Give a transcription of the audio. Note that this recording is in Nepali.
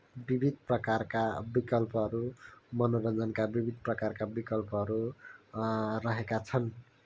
विविध प्रकारका विकल्पहरू मनोरञ्जनका विविध प्रकारका विकल्पहरू रहेका छन्